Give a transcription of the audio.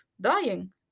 dying